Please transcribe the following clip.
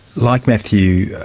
like matthew,